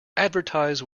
advertise